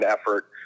effort